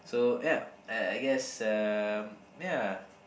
so ya I I guess um ya